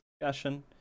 discussion